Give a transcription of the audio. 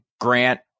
Grant